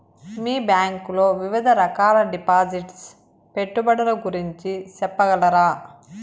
మీ bank లో వివిధ రకాల డిపాసిట్స్, పెట్టుబడుల గురించి సెప్పగలరా?